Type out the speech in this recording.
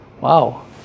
Wow